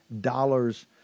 dollars